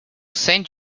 send